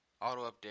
Auto-update